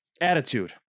attitude